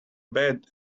bed